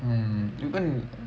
mm even